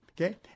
okay